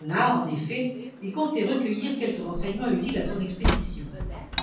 là en effet il comptait recueillir quelques renseignements utiles à son expédition